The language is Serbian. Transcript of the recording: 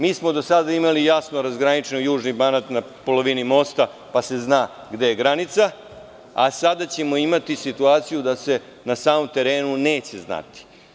Mi smo do sada imali jasno razgraničen Južni Banat na polovini mosta, pa se zna gde je granica, a sada ćemo imati situaciju da se na samom terenu neće znati.